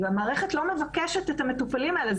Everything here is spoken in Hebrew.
והמערכת לא מבקשת את המטופלים האלה.